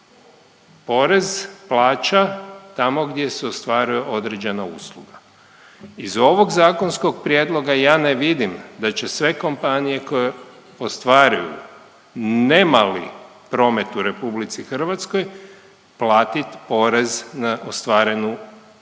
poreze plaća tamo gdje se ostvaruje određena usluga. Iz ovog zakonskog prijedloga ja ne vidim da će sve kompanije koje ostvaruju nemali promet u RH, platit porez na ostvarenu uslugu